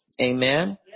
amen